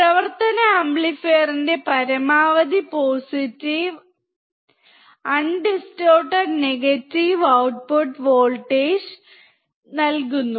പ്രവർത്തന ആംപ്ലിഫയറിന്റെ പരമാവധി positive undistorted negative output voltage output voltage നൽകുന്നു